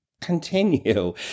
continue